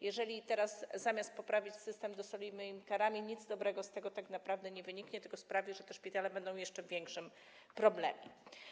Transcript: Jeżeli teraz, zamiast poprawić system, dosolimy im karami, nic dobrego z tego tak naprawdę nie wyniknie, tylko sprawi, że te szpitale będą miały jeszcze większy problem.